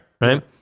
Right